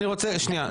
שנייה,